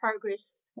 progress